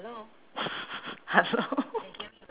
hello